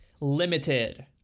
Limited